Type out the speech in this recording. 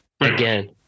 again